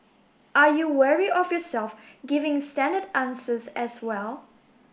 are you wary of yourself giving standard answers as well